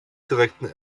direkten